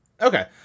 Okay